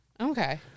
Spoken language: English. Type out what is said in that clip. Okay